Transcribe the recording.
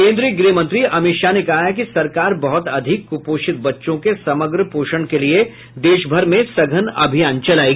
केन्द्रीय गृहमंत्री अमित शाह ने कहा है कि सरकार बहुत अधिक कुपोषित बच्चों के समग्र पोषण के लिए देश भर में सघन अभियान चलाएगी